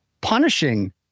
punishing